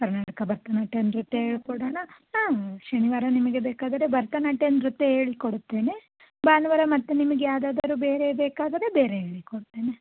ಕರ್ನಾಟಕ ಭರತನಾಟ್ಯ ನೃತ್ಯ ಹೇಳಿಕೊಡೋಣ ಹಾಂ ಶನಿವಾರ ನಿಮಗೆ ಬೇಕಾದರೆ ಭರತನಾಟ್ಯ ನೃತ್ಯ ಹೇಳಿಕೊಡ್ತೇನೆ ಭಾನುವಾರ ಮತ್ತೆ ನಿಮ್ಗೆ ಯಾವುದಾದರು ಬೇರೆ ಬೇಕಾದರೆ ಬೇರೆ ಹೇಳಿ ಕೊಡ್ತೇನೆ